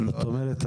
זאת אומרת,